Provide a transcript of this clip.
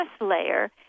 layer